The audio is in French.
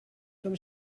comme